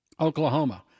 Oklahoma